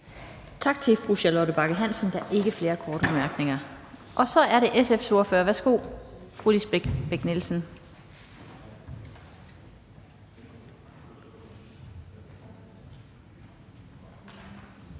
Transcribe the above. Tak til fru Charlotte Bagge Hansen. Der er ikke flere korte bemærkninger, og så er det SF's ordfører. Værsgo, fru Lisbeth Bech-Nielsen.